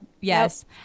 Yes